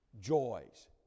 joys